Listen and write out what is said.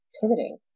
pivoting